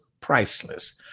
priceless